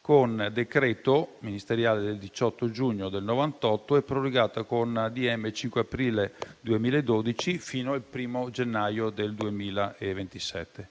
con decreto ministeriale del 18 giugno 1998 e prorogata, con decreto ministeriale del 5 aprile 2012, fino al 1° gennaio 2027.